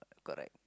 correct